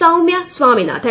Soumya Swaminathan